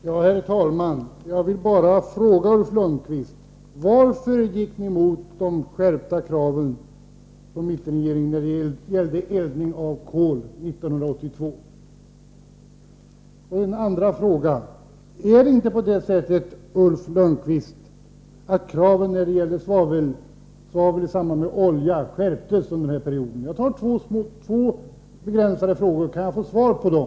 Herr talman! Jag vill fråga Ulf Lönnqvist: Varför gick ni emot de skärpta kraven från mittenregeringen när det gällde eldning av kol 1982? Och så en andra fråga: Är det inte på det sättet, Ulf Lönnqvist, att kraven när det gäller svavlet i samband med olja skärptes under den borgerliga regeringsperioden? Jag tar två begränsade frågor. Kan jag få svar på dem?